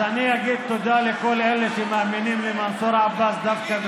אז אני אגיד תודה לכל אלה שמאמינים למנסור עבאס דווקא,